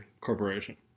corporation